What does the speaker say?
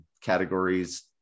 categories